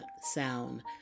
sound